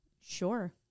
Sure